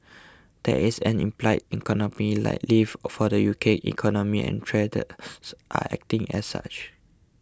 that is an implied economic lift for the U K economy and traders are acting as such